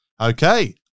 Okay